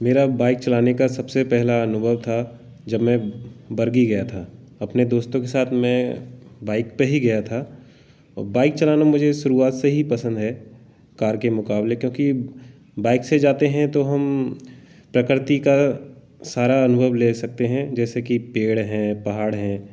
मेरा बाइक चलाने का सबसे पहला अनुभव था जब मैं बरगी गया था अपने दोस्तों के साथ मैं बाइक पे ही गया था अउ बाइक चलना मुझे शुरुआत से ही पसंद है कार के मुकाबले क्योंकि बाइक से जाते है तो हम प्रकृति सारा अनुभव ले सकते है जैसे कि पेड़ है पहाड़ है